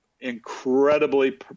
incredibly